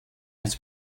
nez